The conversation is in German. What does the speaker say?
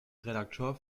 redakteur